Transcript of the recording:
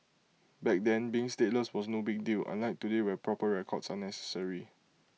back then being stateless was no big deal unlike today where proper records are necessary